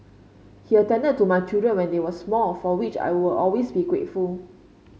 he attended to my children when they were small for which I will always be grateful